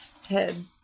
head